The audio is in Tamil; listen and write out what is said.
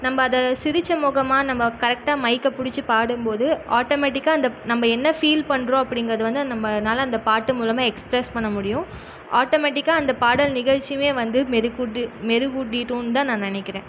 நம்ம அதை சிரித்த முகமாக நம்ம கரெக்டா மைக்கை பிடிச்சி பாடும்போது ஆட்டோமெட்டிக்காக அந்த நம்ம என்ன ஃபீல் பண்ணுறோம் அப்படிங்கிறது வந்து நம்பளால அந்த பாட்டு மூலமாக எக்ஸ்பிரஸ் பண்ண முடியும் ஆட்டோமெட்டிக்காக அந்த பாடல் நிகழ்ச்சியும் வந்து மெருகூட்டு மெருகூட்டிட்டோம்னுதான் நான் நெனைக்கிறேன்